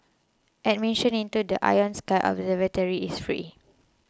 admission into the Ion Sky observatory is free